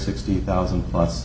sixty thousand plus